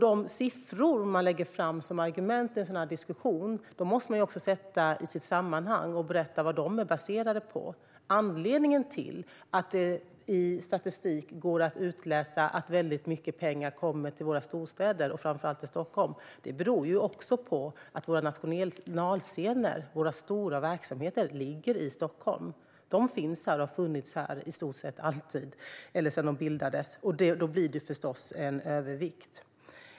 De siffror man lägger fram som argument i en sådan här diskussion måste man sätta i sitt sammanhang och berätta vad de är baserade på. Anledningen till att det i statistik går att utläsa att mycket pengar går till våra storstäder, framför allt till Stockholm, är också att våra nationalscener och stora verksamheter ligger i Stockholm och har funnits här sedan de startades, och då blir det förstås en övervikt.